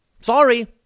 Sorry